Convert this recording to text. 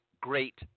great